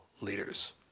leaders